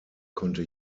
konnte